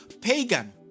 pagan